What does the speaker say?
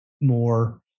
more